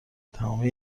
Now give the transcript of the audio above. تمامی